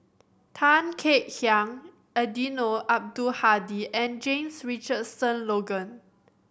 Tan Kek Hiang Eddino Abdul Hadi and James Richardson Logan